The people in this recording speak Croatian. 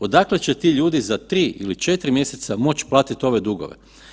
Odakle će ti ljudi za 3 ili 4 mjeseca moći platiti ove dugove?